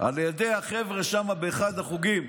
על ידי החבר'ה שם באחד החוגים